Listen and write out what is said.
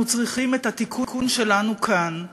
אנחנו צריכים את התיקון שלנו כאן.